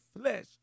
flesh